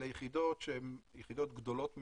אלה יחידות שהן יחידות גדולות מאוד,